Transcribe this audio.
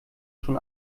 schon